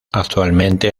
actualmente